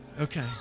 Okay